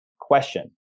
question